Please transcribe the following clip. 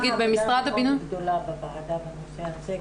נגיד במשרד הבינוי ------ גדולה בוועדה בנושא הזה,